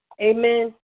Amen